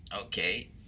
okay